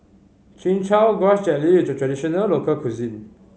Chin Chow Grass Jelly is a traditional local cuisine